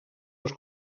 les